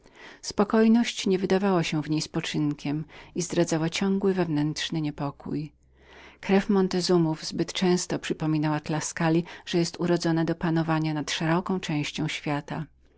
spokojność nie wydawała się w niej spoczynkiem i odkrywała ciągłe wewnętrzne wzruszeniewzruszenie krew montezumów zbyt często przypominała tuskuli że była urodzoną do panowania nad szeroką częścią świata